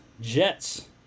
Jets